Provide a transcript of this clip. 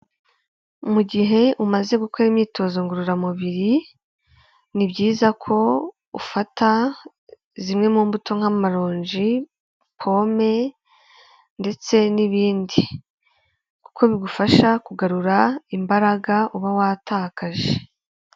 Mu gihe umaze gukora imyitozo ngororamubiri, ni byiza ko ufata zimwe mu mbuto: nk'amarongi, pome ndetse n'ibindi, kuko bigufasha kugarura imbaraga uba watakaje.